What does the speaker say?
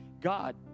God